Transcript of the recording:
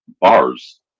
bars